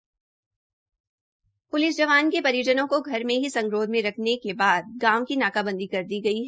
police जवान के परिजनों को घर में ही संगरोध में रखने के बाद गांव की नाकाबंदी कर दी गई है